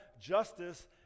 Justice